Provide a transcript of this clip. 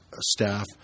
staff